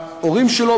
ההורים שלו,